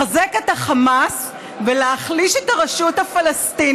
לחזק את החמאס ולהחליש את הרשות הפלסטינית?